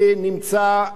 אני נמצא,